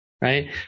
right